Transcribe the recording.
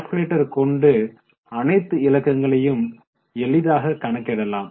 calculator கொண்டு அனைத்து இலக்கங்களையும் எளிதாக கணக்கிடலாம்